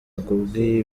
akubwiye